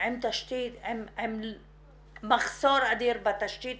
עם מחסור אדיר בתשתית